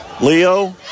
Leo